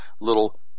little